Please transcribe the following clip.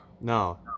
No